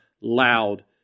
loud